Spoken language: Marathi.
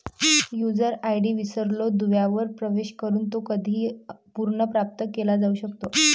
यूजर आय.डी विसरलो दुव्यावर प्रवेश करून तो कधीही पुनर्प्राप्त केला जाऊ शकतो